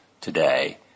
today